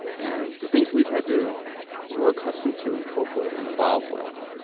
and the things we've had to grow accustomed to and cope with and evolve with,